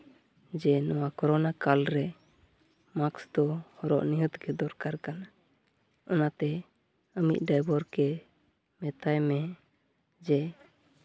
ᱡᱮ ᱱᱚᱣᱟ ᱠᱳᱨᱳᱱᱟ ᱠᱟᱞᱨᱮ ᱢᱟᱠᱥ ᱫᱚ ᱦᱚᱨᱚᱜ ᱱᱤᱦᱟᱹᱛ ᱜᱮ ᱫᱚᱨᱠᱟᱨ ᱠᱟᱱᱟ ᱚᱱᱟᱛᱮ ᱟᱹᱢᱤᱡ ᱰᱟᱭᱵᱷᱟᱨ ᱜᱮ ᱢᱮᱛᱟᱭ ᱢᱮ ᱡᱮ